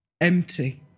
empty